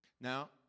Now